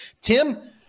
Tim